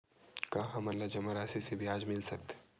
का हमन ला जमा राशि से ब्याज मिल सकथे?